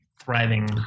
thriving